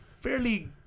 fairly